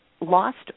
lost